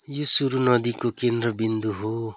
यो सुरु नदीको केन्द्रबिन्दु हो